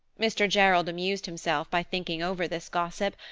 mr. gerald amused himself by thinking over this gossip,